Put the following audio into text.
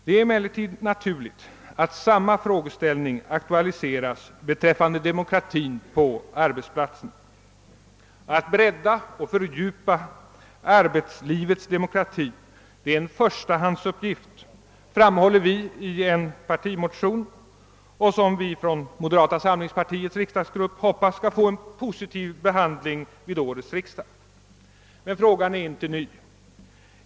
Det är emellertid naturligt att samma frågeställning aktualiseras beträffande demokratin på arbetsplatserna. Att bredda och fördjupa arbetslivets demokrati är en förstahandsuppgift, framhåller vi i en partimotion, som vi från moderata samlingspartiets riksdagsgrupp hoppas skall få en positiv behandling vid årets riksdag. Men frågan är inte ny.